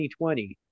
2020